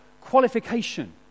qualification